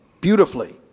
beautifully